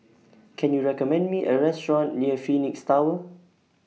Can YOU recommend Me A Restaurant near Phoenix Tower